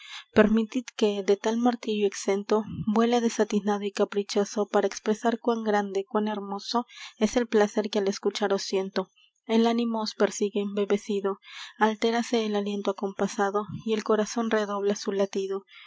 permitid que de tal martirio exento vuele desatinado y caprichoso para expresar cuán grande cuán hermoso es el placer que al escucharos siento el ánimo os persigue embebecido altérase el aliento acompasado y el corazon redobla su latido